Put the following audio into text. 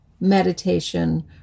meditation